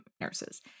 nurses